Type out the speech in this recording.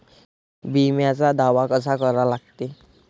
बिम्याचा दावा कसा करा लागते?